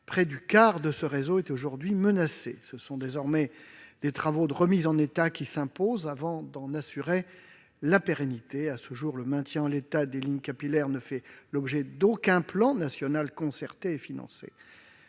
près du quart de ce réseau est aujourd'hui menacé. Ce sont désormais des travaux de remise en état qui s'imposent afin d'en assurer la pérennité. À ce jour, le maintien en état des lignes capillaires ne fait l'objet d'aucun plan national concerté et financé.